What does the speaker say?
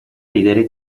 ridere